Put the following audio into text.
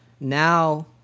Now